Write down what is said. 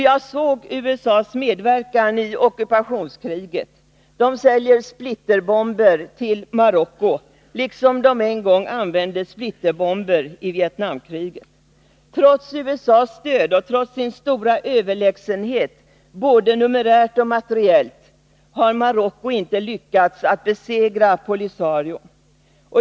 Jag såg USA:s medverkan i ockupationskriget — amerikanerna säljer splitterbomber till Marocko, liksom de en gång använde splitterbomber i Vietnamkriget. Trots USA:s stöd och trots sin stora överlägsenhet både numerärt och materiellt har Marocko inte lyckats besegra Polisario.